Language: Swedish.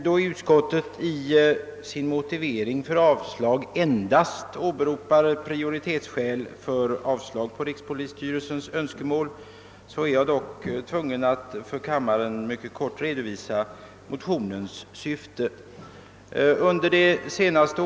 Då utskottet i sin motivering för att avstyrka rikspolisstyrelsens framställning härom endast åberopar prioritetsskäl, är jag i alla fall tvungen att för kammaren mycket kort redovisa motionens syfte.